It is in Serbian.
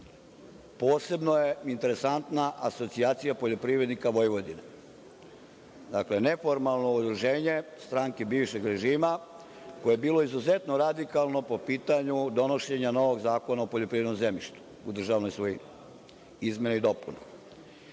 posebno je interesantna Asocijacija poljoprivrednika Vojvodine. Dakle, neformalno udruženje stranke bivšeg režima, koje je bilo izuzetno radikalno po pitanju donošenja novog zakona o poljoprivrednom zemljištu u državnoj svojini, izmene i dopune.